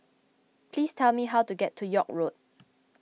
please tell me how to get to York Road